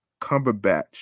Cumberbatch